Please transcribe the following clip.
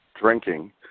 drinking